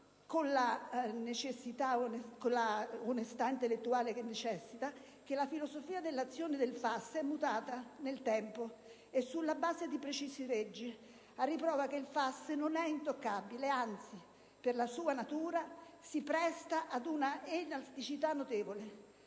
onestà intellettuale che la filosofia dell'azione del Fondo è mutata nel tempo e sulla base di precise leggi, a riprova che il FAS non è intoccabile. Anzi, per sua natura si presta ad una elasticità notevole.